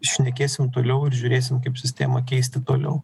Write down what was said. šnekėsim toliau ir žiūrėsim kaip sistemą keisti toliau